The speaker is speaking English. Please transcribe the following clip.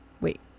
Wait